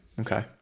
Okay